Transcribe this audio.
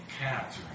cats